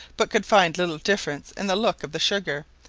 but could find little difference in the look of the sugar,